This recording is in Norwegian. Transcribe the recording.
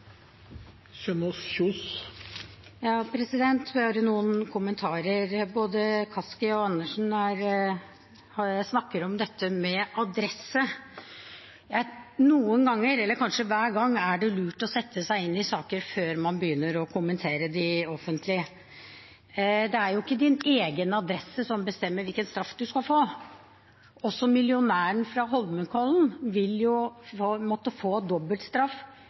noen kommentarer. Både Kaski og Andersen snakker om dette med adresse. Noen ganger – eller kanskje hver gang – er det lurt å sette seg inn i saker før man begynner å kommentere dem offentlig. Det er ikke ens egen adresse som bestemmer hvilken straff en skal få. Også millionæren fra Holmenkollen vil måtte få